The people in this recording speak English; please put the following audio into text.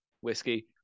whiskey